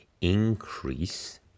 increase